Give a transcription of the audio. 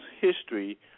history